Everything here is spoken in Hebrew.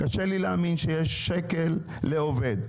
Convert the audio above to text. קשה לי להאמין שיש שקל לעובד.